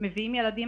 מביאים ילדים,